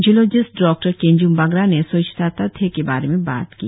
ज् लोजिस्ट डॉ केनज्म बाग्रा ने स्वच्छता तथ्य के बारे में बात की